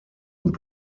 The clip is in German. und